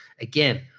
again